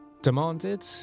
Demanded